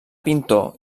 pintor